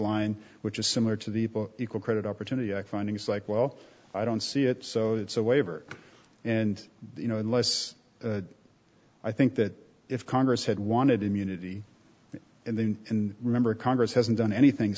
line which is similar to the book equal credit opportunity act findings like well i don't see it so it's a waiver and you know unless i think that if congress had wanted immunity and then and remember congress hasn't done anything